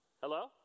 Hello